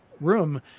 room